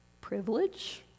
privilege